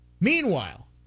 Meanwhile